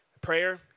Prayer